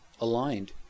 aligned